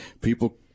People